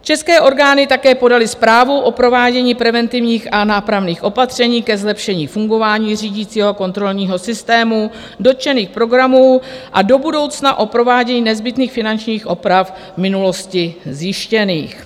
České orgány také podaly zprávu o provádění preventivních a nápravných opatření ke zlepšení fungování řídicího a kontrolního systému dotčených programů a do budoucna o provádění nezbytných finančních oprav v minulosti zjištěných.